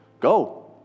Go